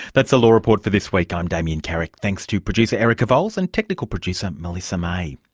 that's the law report for this week. i'm damien carrick. thanks to producer erica vowles and technical producer melissa may.